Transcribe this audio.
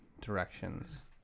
directions